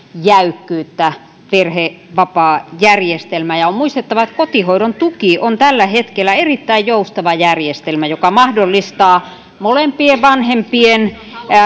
jäykkyyttä perhevapaajärjestelmään ja on muistettava että kotihoidon tuki on tällä hetkellä erittäin joustava järjestelmä joka mahdollistaa molempien vanhempien